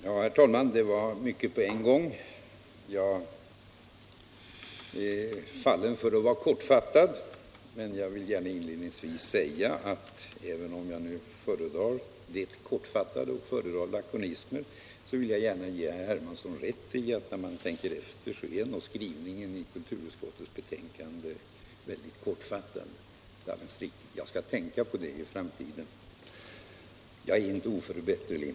Herr talman! Det var mycket på en gång! Jag är fallen för att vara kortfattad, men även om jag föredrar lakonismer vill jag inledningsvis gärna ge herr Hermansson rätt i att när man tänker efter är nog skrivningen i kulturutskottets betänkande väldigt kort. Det är alldeles riktigt, och jag skall tänka på det i framtiden; jag är inte oförbätterlig.